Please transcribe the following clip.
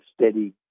steady